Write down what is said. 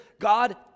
God